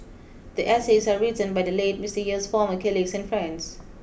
the essays are written by the late Mister Yeo's former colleagues and friends